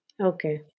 Okay